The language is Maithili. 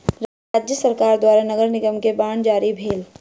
राज्य सरकार द्वारा नगर निगम के बांड जारी भेलै